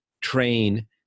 train